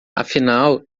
afinal